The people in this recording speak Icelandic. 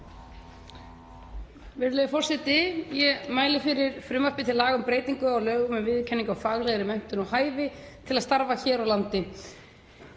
Virðulegi forseti. Ég mæli fyrir frumvarpi til laga um breytingu á lögum um viðurkenningu á faglegri menntun og hæfi til að starfa hér á landi.